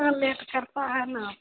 करता है न